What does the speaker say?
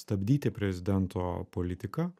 stabdyti prezidento politiką